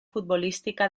futbolística